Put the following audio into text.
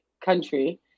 country